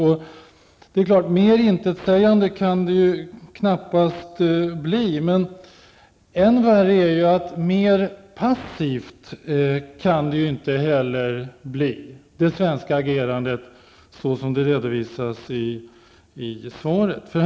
Mera intetsägande kan det knappast bli. Och mera passivt kan det svenska agerandet -- såsom detta redovisas i svaret -- inte bli, och det är än värre.